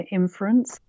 inference